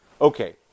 Okay